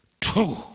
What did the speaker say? two